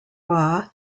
was